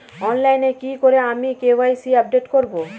অনলাইনে কি করে আমি কে.ওয়াই.সি আপডেট করব?